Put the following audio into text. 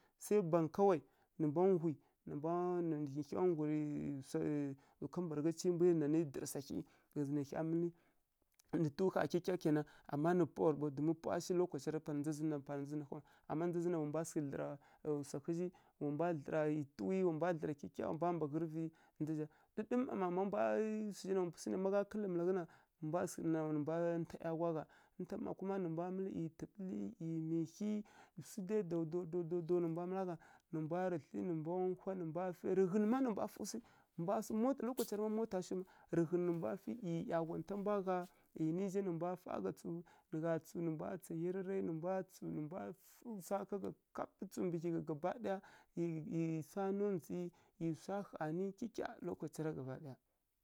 Sai bangǝ kawai, nǝ mbwa nggwi, nǝ mbwa a nǝ hya nggwi sai kambǝragha ci mbwi nanǝ dǝrǝsa hyi, ghǝzǝ nǝ hya mǝlǝ, nǝ tǝwu ƙha kyikya kena, ama nǝ pawa ɓaw domin pawa shi lokacara pana ndza zǝn na hawu, ammana ndza zǝn na ƙha na, wa mbwa sǝghǝ dlǝra tǝwu, wa mbwa dlǝra kyikya, wa mbwa mbaghǝrǝvǝ ɗǝɗǝm mma na, má mbwa swu zha na má gha kǝ́lǝ́ malaghǝ na, nǝ mbwa sǝghǝ ɗana nǝ mbwa nta ˈyaghwa gha. Ni nta mma kuma nǝ mbwa ˈyi tǝɓǝlǝ, ˈyi mihi, swu dai daw-daw-daw-daw-daw nǝ mbwa mǝla gha, nǝ mbwarǝ thli nǝ mbwa nhwa, nǝ mbwa rǝ ghǝn má nǝ mbwa fǝi sǝghǝ, nǝ mbwarǝ sǝ mǝlǝ, lokacara má mota shiw, rǝ ghǝ nǝ mbwa fǝi ˈyi ˈyaghwa nta mbwa gha, ˈyi ninja nǝ mbwa nta gha tsǝwu, nǝ gha tsǝw nǝ mbwa tsa yararai, nǝ mbwa tsǝw, nǝ mbwa fǝi swa ká gha kap tsǝw mbǝ ghya nu gaba daya, nǝ nǝ swa ˈyi sa hanǝ kyikya lokaci gaba daya.